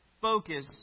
focus